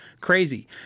crazy